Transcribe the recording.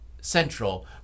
central